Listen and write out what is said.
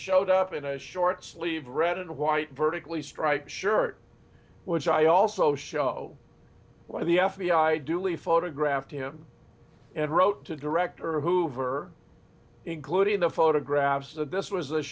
showed up in a short sleeved red and white vertically striped shirt which i also show why the f b i duly photographed him and wrote to director hoover including the photographs that this was th